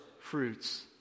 fruits